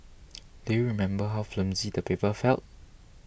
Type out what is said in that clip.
do you remember how flimsy the paper felt